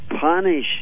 punish